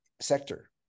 sector